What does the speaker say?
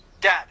Dad